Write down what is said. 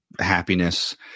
happiness